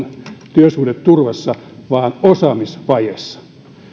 työsuhdeturvassa vaan osaamisvajeessa